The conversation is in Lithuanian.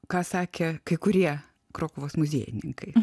ką sakė kai kurie krokuvos muziejininkai